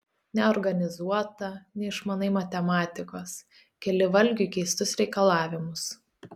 neorganizuota neišmanai matematikos keli valgiui keistus reikalavimus